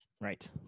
Right